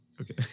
Okay